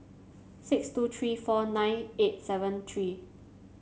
six two three four nine eight seven three